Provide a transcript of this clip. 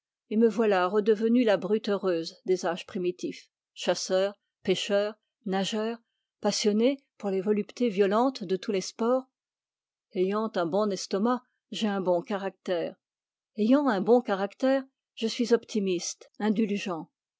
et me voilà redevenu la brute heureuse des âges primitifs chasseur pêcheur nageur passionné pour les voluptés violentes de tous les sports ayant un bon estomac j'ai un bon caractère ayant un bon caractère je suis optimiste indulgent